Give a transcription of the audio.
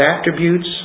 attributes